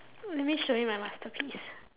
let me show you my masterpiece